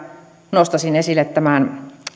nostaisin esille tämän